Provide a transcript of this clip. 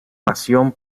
pasión